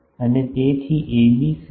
અને તેથી એબી શું છે